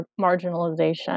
marginalization